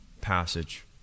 passage